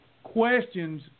Questions